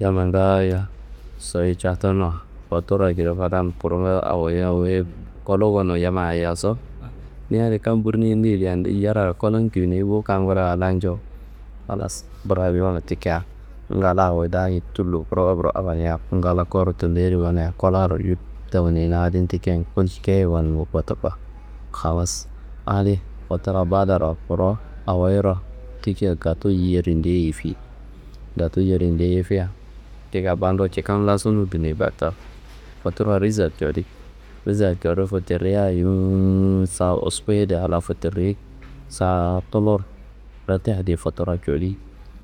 Yammayi ngaayo soyi cattano, foturra kina fadan kuru ngayo awoya awoye, kolo gonu yammayi ayaso, ni adi kam burniye ndeyedo andeye jarraro kolo ngeyenei bo kam kula ala njo. Halas brad yuwo tikia ngala wu daani tullu prowopro awonia ngala koro tullo yedi gonia kolaro yub tawunei na adin tikian, kolci keye wallu kotuko. Halas adi foturra badaro kurowo, awoyiro tikian gato yer yindiye yifiyi, gato yer yindiye yifiyia, tikia bandu cikan lasunu duni gata, foturra rissa jowodi, rissa jowodu fotorreia sa wusku yediya a la fotorrei, sa tullur reta yedi fotorra cowodi.